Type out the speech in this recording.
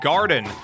Garden